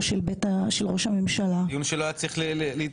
של ראש הממשלה --- דיון שלא היה צריך להתקיים.